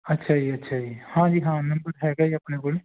ਅੱਛਾ ਜੀ ਅੱਛਾ ਜੀ ਹਾਂਜੀ ਹਾਂ ਮੇਰੇ ਕੋਲ ਹੈਗਾ ਜੀ ਆਪਣੇ ਕੋਲ